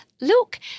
Look